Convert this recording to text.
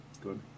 Good